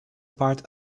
part